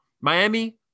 Miami